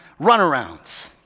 runarounds